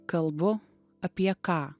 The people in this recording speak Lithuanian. kalbu apie ką